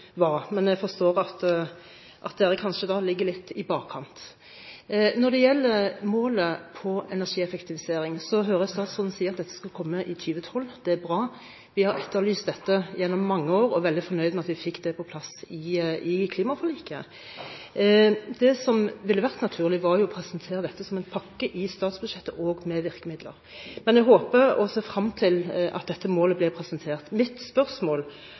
Men jeg forstår at dere da kanskje ligger litt i bakkant. Når det gjelder målet for energieffektivisering, hører vi at statsråden sier at det skal komme i 2012. Det er bra. Vi har etterlyst dette gjennom mange år, og vi er veldig fornøyd med at vi fikk det på plass i klimaforliket. Det som ville vært naturlig, var jo å presentere dette som en pakke i statsbudsjettet med virkemidler. Men jeg håper – og ser frem til – at dette målet blir presentert. Mitt spørsmål